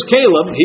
Caleb